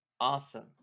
Awesome